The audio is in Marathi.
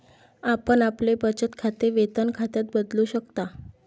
आपण आपले बचत खाते वेतन खात्यात बदलू शकता